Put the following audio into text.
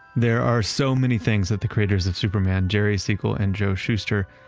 there are so many things that the creators of superman jerry siegel and joe shuster,